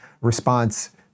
response